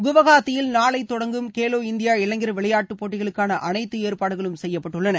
குவஹாத்தியில் நாளை தொடங்கும் கேலோ இந்தியா இளைஞர் விளையாட்டு போட்டிகளுக்கான அனைத்து ஏற்பாடுகளும் செய்யப்பட்டுள்ளன